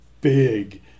big